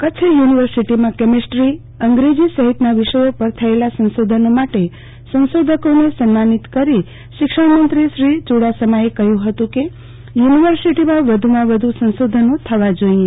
કચ્છ યુનિર્વસીટીમાં ક મેસ્ટ્રો અંગ્રજી સહિતના વિષયો પર થયેલા સંસોધનો માટે સશોધકોને સન્માનિત કરી શિક્ષણમંત્રો શ્રો ચુડાસમાએ કહયું હતું કે યુનિવસિટિમાં વધુમાં વધ સંશોધનો થવા જોઈએ